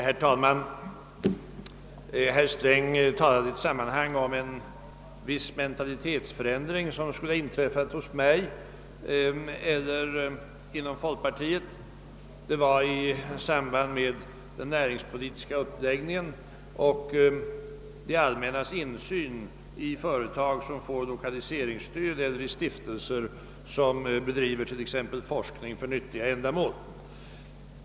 Herr talman! Herr Sträng talade i ett sammanhang om en viss mentalitetsförändring som skulle ha inträffat hos mig eller hos folkpartiet. Det var i samband med den näringspolitiska uppläggningen och frågan om det allmännas insyn i företag som får lokaliseringsstöd eller i stiftelser som bedriver t.ex. forskning för nyttiga ändamål.